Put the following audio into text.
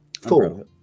Four